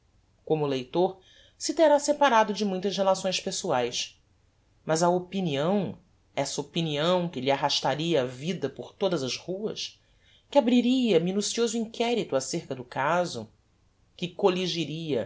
como o leitor se terá separado de muitas relações pessoaes mas a opinião essa opinião que lhe arrastaria a vida por todas as ruas que abriria minucioso inquerito ácerca do caso que colligiria